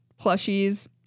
Plushies